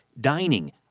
dining